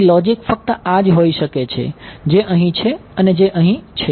તેથી લૉજિક ફક્ત આ જ હોઈ શકે છે જે અહીં છે અને જે અહીં છે